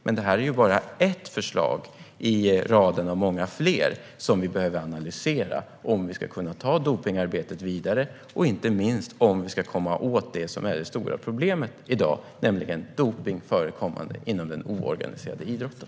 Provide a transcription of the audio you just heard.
Men det här är bara ett förslag i raden av många fler som vi behöver analysera om vi ska kunna föra dopningsarbetet vidare och inte minst om vi ska komma åt det som är det stora problemet i dag, nämligen dopningsförekomsten inom den oorganiserade idrotten.